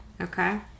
Okay